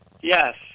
Yes